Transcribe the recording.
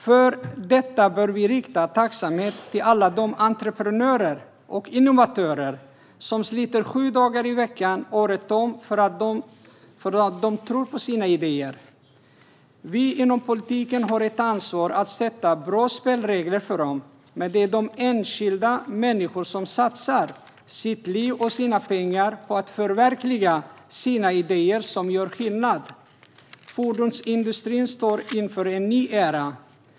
För detta bör vi känna tacksamhet gentemot alla entreprenörer och innovatörer som sliter sju dagar i veckan året om för att de tror på sina idéer. Vi inom politiken har ett ansvar för att sätta upp bra spelregler för dem. Men det är de enskilda människorna som satsar sina liv och sina pengar på att förverkliga sina idéer som gör skillnad. Fordonsindustrin står inför en ny era.